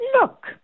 look